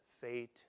fate